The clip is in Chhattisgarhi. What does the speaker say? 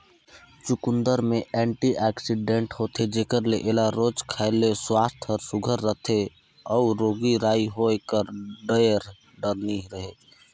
चुकंदर में एंटीआक्सीडेंट होथे जेकर ले एला रोज खाए ले सुवास्थ हर सुग्घर रहथे अउ रोग राई होए कर ढेर डर नी रहें